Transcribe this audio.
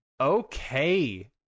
Okay